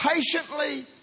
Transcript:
patiently